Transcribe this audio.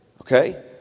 Okay